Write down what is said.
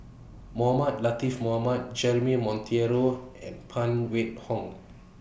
Mohamed Latiff Mohamed Jeremy Monteiro and Phan Wait Hong